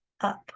up